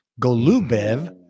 Golubev